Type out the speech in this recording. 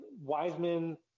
Wiseman